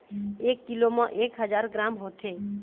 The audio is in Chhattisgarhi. एक कीलो म एक हजार ग्राम होथे